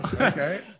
Okay